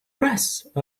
price